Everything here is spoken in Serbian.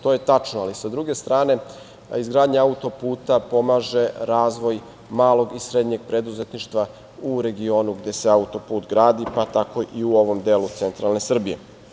To je tačno, ali sa druge strane izgradnja autoputa pomaže razvoj malog i srednjeg preduzetništva u regionu gde se autoput i gradi, pa tao i u ovom delu centralne Srbije.